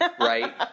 right